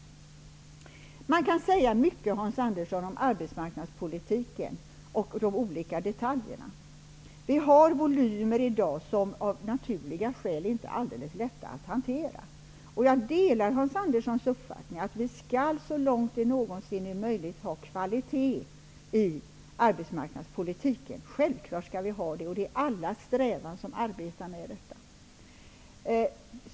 Man kan, Hans Andersson, säga mycket om arbetsmarknadspolitiken och de olika detaljerna. Vi har volymer i dag som det av naturliga skäl inte är alldeles lätt att hantera. Jag delar Hans Anderssons uppfattning att vi så långt det någonsin är möjligt självfallet skall ha kvalitet i fråga om arbetsmarknadspolitiken. Det är en strävan hos alla som arbetar med detta.